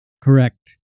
Correct